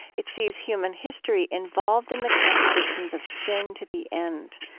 it sees human history involved in the contradictions of sin to the end.